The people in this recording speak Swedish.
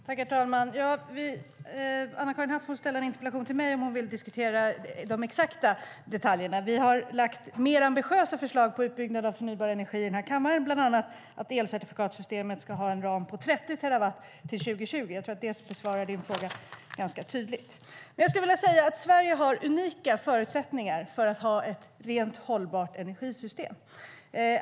Herr talman! Anna-Karin Hatt får ställa en interpellation till mig om hon vill diskutera de exakta detaljerna. Vi har i den här kammaren lagt fram ambitiösare förslag på utbyggnad av förnybar energi, bland annat att elcertifikatssystemet ska ha en ram på 30 terawattimmar till år 2020. Jag tror att det besvarar din fråga ganska tydligt. Sverige har unika förutsättningar för att ha ett rent och hållbart energisystem.